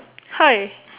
!hey!